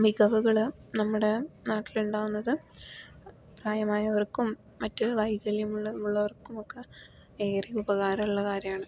മികവുകൾ നമ്മുടെ നാട്ടിൽ ഉണ്ടാകുന്നത് പ്രായമായവർക്കും മറ്റു വൈകല്യമുള്ളവർക്കും ഒക്കെ ഏറെ ഉപകാരം ഉള്ള കാര്യമാണ്